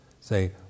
say